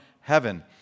heaven